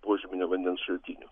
požeminio vandens šaltinių